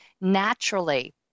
naturally